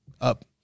up